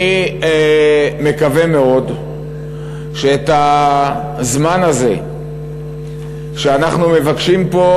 אני מקווה מאוד שהזמן הזה שאנחנו מבקשים פה,